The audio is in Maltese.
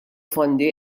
fondi